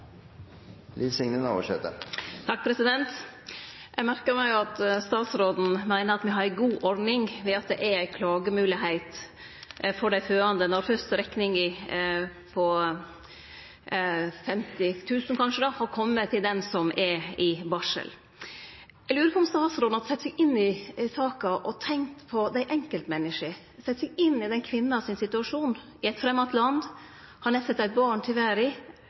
Eg merkar meg at statsråden meiner at me har ei god ordning ved at det er ei klagemoglegheit for dei fødande når rekninga på kanskje 50 000 kr fyrst har kome til den som er i barsel. Eg lurer på om statsråden har sett seg inn i saka og tenkt på enkeltmenneska, sett seg inn i situasjonen til denne kvinna, i eit framand land, som nett har sett eit barn til